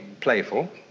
playful